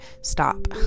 stop